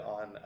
on